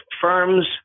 firms